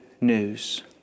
news